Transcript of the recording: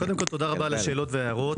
קודם כול תודה רבה על השאלות וההערות.